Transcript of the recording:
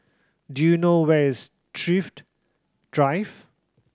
do you know where is Thrift Drive